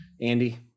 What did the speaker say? andy